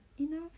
enough